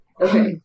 Okay